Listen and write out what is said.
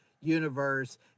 universe